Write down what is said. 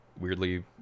weirdly